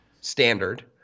Standard